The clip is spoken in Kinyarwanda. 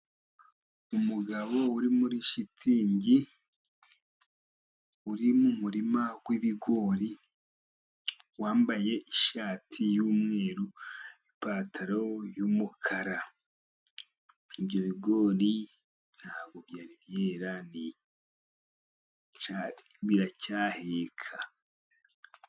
Umugabo uri muri shitingi uri mu murima w'ibigori, wambaye ishati y'umweru n'ipantaro y'umukara. Ibyo bigori ntabwo byari byera, biracyaheka.